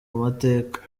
mateka